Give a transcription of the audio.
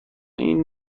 این